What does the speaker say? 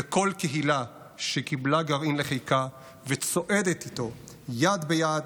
לכל קהילה שקיבלה גרעין לחיקה וצועדת איתו יד ביד